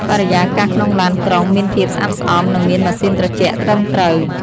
បរិយាកាសក្នុងឡានក្រុងមានភាពស្អាតស្អំនិងមានម៉ាស៊ីនត្រជាក់ត្រឹមត្រូវ។